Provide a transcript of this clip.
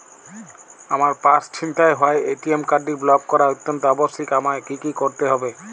আমার পার্স ছিনতাই হওয়ায় এ.টি.এম কার্ডটি ব্লক করা অত্যন্ত আবশ্যিক আমায় কী কী করতে হবে?